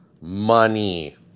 money